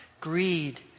greed